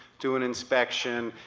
do an inspection,